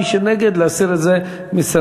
מי שנגד, להסיר את זה מסדר-היום.